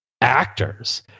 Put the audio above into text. actors